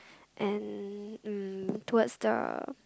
and mm towards the